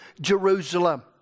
Jerusalem